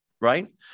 right